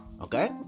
Okay